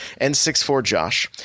N64JOSH